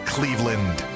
Cleveland